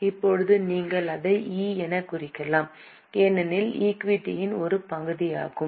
இப்போது நீங்கள் அதை E எனக் குறிக்கலாம் ஏனெனில் இது ஈக்விட்டியின் ஒரு பகுதியாகும்